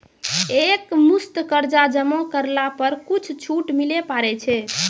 एक मुस्त कर्जा जमा करला पर कुछ छुट मिले पारे छै?